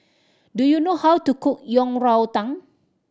do you know how to cook Yang Rou Tang